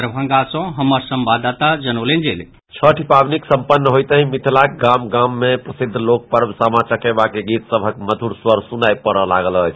दरभंगा सॅ हमर संवाददाता जनौलनि जे छठ पाबनिक सम्पन्न होइतहिं मिथिलाक गाम गाम मे प्रसिद्व लोकपर्व सामा चकेबा के गीत सबहक मधुर स्वर सुनाइ पड़य लागल अछि